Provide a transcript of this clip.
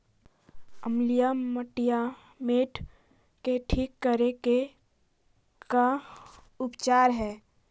अमलिय मटियामेट के ठिक करे के का उपचार है?